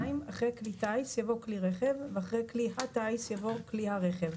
אחרי "כלי טיס" יבוא "כלי רכב" ואחרי "כלי הטיס" יבוא "כלי הרכב".